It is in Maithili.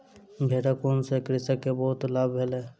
भेड़क ऊन सॅ कृषक के बहुत लाभ भेलै